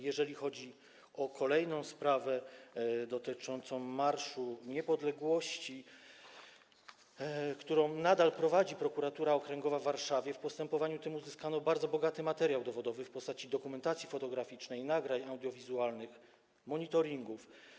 Jeżeli chodzi o kolejną sprawę, dotyczącą Marszu Niepodległości, którą nadal prowadzi Prokuratura Okręgowa w Warszawie, to w postępowaniu tym uzyskano bardzo bogaty materiał dowodowy w postaci dokumentacji fotograficznej, nagrań audiowizualnych, monitoringów.